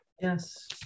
Yes